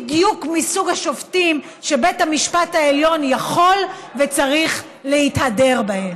בדיוק מסוג השופטים שבית המשפט העליון יכול וצריך להתהדר בהם.